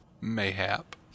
Mayhap